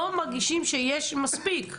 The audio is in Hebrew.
לא מרגישים שיש מספיק.